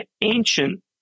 ancient